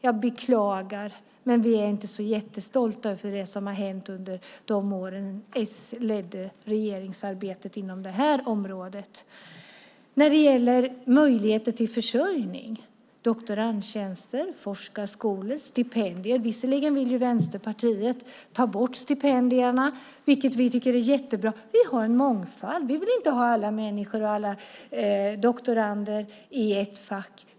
Jag beklagar, men vi är inte så stolta över det som har hänt under de år som Socialdemokraterna ledde regeringsarbetet inom detta område. När det gäller möjligheter till försörjning, doktorandtjänster, forskarskolor, stipendier, vill vi ha en mångfald. Visserligen vill Vänsterpartiet ta bort stipendierna, men vi vill inte ha alla människor och alla doktorander i ett fack.